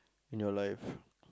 in your life